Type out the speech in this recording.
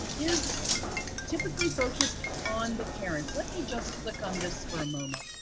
is typically focused on the parents. let me just click on this for a moment.